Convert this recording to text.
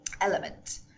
element